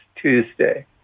Tuesday